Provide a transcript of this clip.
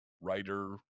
writer